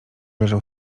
leżał